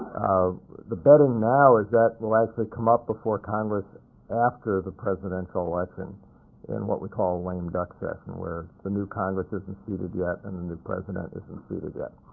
the betting now is that will actually come up before congress after the presidential election in what we call a lame-duck session, where the new congress isn't seated yet and the new president isn't seated yet.